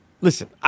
Listen